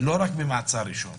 לא רק במעצר ראשון